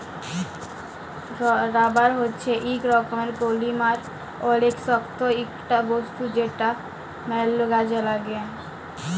rubber হচ্যে ইক রকমের পলিমার অলেক শক্ত ইকটা বস্তু যেটা ম্যাল কাজে লাগ্যে